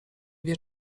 wie